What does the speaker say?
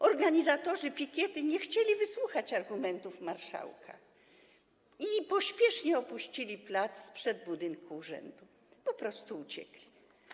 Organizatorzy pikiety nie chcieli wysłuchać argumentów marszałka i pośpiesznie opuścili plac sprzed budynku urzędu, po prostu uciekli.